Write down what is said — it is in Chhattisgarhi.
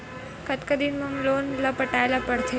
कतका दिन मा लोन ला पटाय ला पढ़ते?